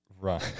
run